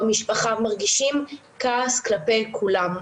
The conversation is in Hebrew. במשפחה ומרגישים כעס כלפי כולם.